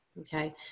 okay